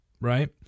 right